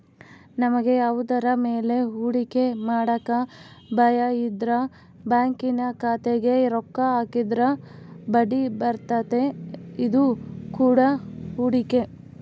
ನಮಗೆ ಯಾವುದರ ಮೇಲೆ ಹೂಡಿಕೆ ಮಾಡಕ ಭಯಯಿದ್ರ ಬ್ಯಾಂಕಿನ ಖಾತೆಗೆ ರೊಕ್ಕ ಹಾಕಿದ್ರ ಬಡ್ಡಿಬರ್ತತೆ, ಇದು ಕೂಡ ಹೂಡಿಕೆ